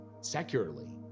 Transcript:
secularly